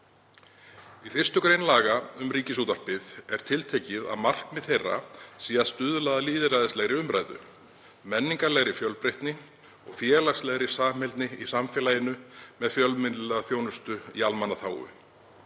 Í 1. gr. laga um Ríkisútvarpið er tiltekið að markmið þeirra sé að stuðla að lýðræðislegri umræðu, menningarlegri fjölbreytni og félagslegri samheldni í samfélaginu með fjölmiðlaþjónustu í almannaþágu.